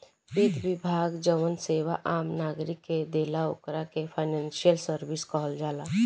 वित्त विभाग जवन सेवा आम नागरिक के देला ओकरा के फाइनेंशियल सर्विस कहल जाला